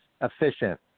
efficient